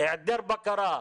היעדר בקרה.